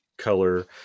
color